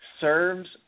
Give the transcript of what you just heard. serves